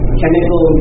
chemical